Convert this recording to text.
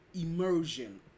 immersion